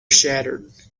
shattered